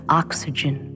oxygen